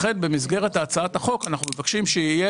לכן במסגרת הצעת החוק אנחנו מבקשים שיהיה